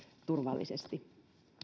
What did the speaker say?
turvallisesti